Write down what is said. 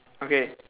okay